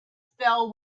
fell